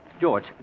George